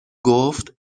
گفت